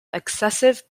excessive